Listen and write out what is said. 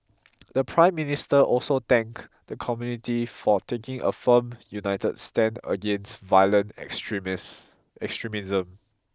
the Prime Minister also thank the community for taking a firm united stand against violent extremism